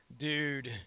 Dude